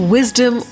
Wisdom